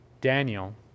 Daniel